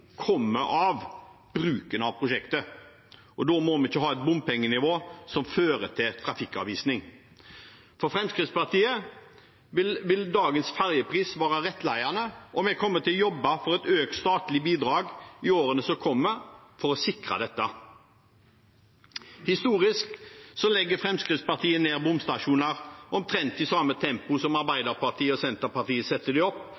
kommer av bruken av prosjektet, og da må vi ikke ha et bompengenivå som fører til trafikkavvisning. For Fremskrittspartiet vil dagens fergepris være rettledende, og vi kommer til å jobbe for et økt statlig bidrag i årene som kommer, for å sikre dette. Historisk legger Fremskrittspartiet ned bomstasjoner omtrent i samme tempo som Arbeiderpartiet og Senterpartiet setter dem opp,